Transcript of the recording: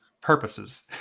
purposes